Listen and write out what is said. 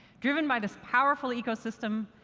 driven by this powerful ecosystem,